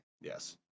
Yes